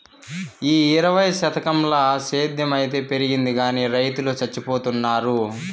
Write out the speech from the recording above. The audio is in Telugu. ఈ ఇరవైవ శతకంల సేద్ధం అయితే పెరిగింది గానీ రైతులు చచ్చిపోతున్నారు